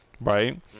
right